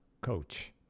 coach